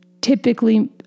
typically